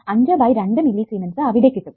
3 by 2 millisiemens അവിടെ കിട്ടും